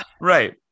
Right